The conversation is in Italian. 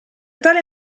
tale